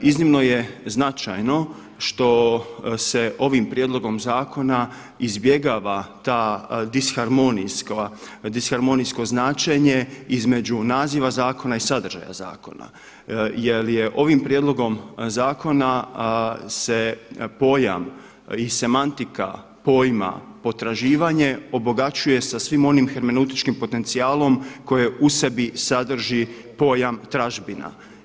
Iznimno je značajno što se ovim prijedlogom zakona izbjegava disharmonijsko značenje između naziva zakona i sadržaja zakona, jel je ovim prijedlogom zakona pojam i semantika pojma potraživanje obogaćuje sa svim onim hermeneutičkim potencijalom koje u sebi sadrži pojam tražbina.